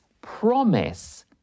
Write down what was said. promise